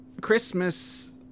Christmas